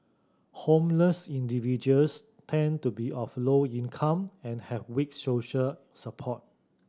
homeless individuals tend to be of low income and have weak social support